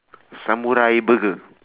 samurai burger